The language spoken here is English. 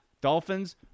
Dolphins